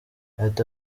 ati